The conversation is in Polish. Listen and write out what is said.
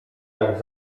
jak